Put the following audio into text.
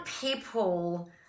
people –